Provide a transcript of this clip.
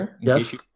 Yes